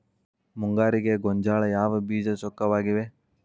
ಮುಂಗಾರಿಗೆ ಗೋಂಜಾಳ ಯಾವ ಬೇಜ ಚೊಕ್ಕವಾಗಿವೆ?